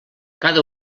cada